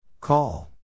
Call